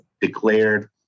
declared